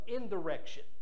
indirection